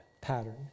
pattern